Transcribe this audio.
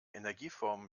energieformen